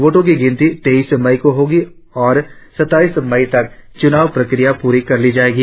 वोटो की गिनती तेईस मई को होगी और सत्ताईस मई तक चुनाव प्रक्रिया पूरी कर ली जाएगी